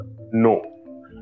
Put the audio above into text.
No